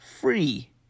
free